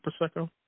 Prosecco